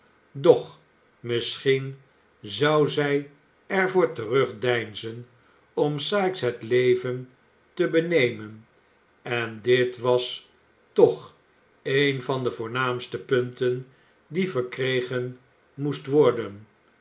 doch misschien zou zij er voor terugdeinzen om sikes het leven te benemen en dit was toch eèn van de voornaamste punten die verkregen moesten worden